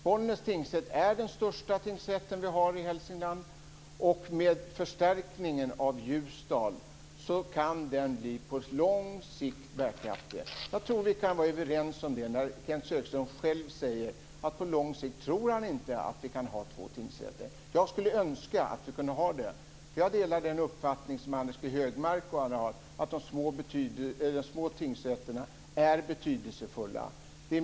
Bollnäs tingsrätt är den största tingsrätten i Hälsingland. Och med förstärkningen av Ljusdal kan den på lång sikt bli bärkraftig. Jag tror att vi kan vara överens om det, när Kenth Högström själv säger att han på lång sikt inte tror att man kan ha två tingsrätter. Jag skulle önska att vi kunde ha det. Jag delar nämligen den uppfattning som Anders G Högmark och andra har att de små tingsrätterna är betydelsefulla.